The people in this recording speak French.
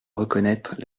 reconnaître